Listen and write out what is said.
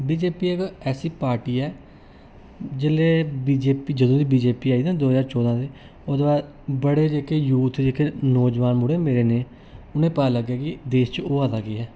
BJP इक ऐसी party ऐ जिसलै बीजेपी जदूं दी बीजेपी आई ना दो ज्हार चौदह ते ओह्दे बाद बड़े जेहके यूथ जेहके नौजवान मुड़े न मेरे नेह् उ'नेंगी पता लग्गेआ कि देश च होआ दा केह् ऐ